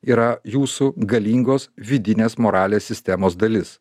yra jūsų galingos vidinės moralės sistemos dalis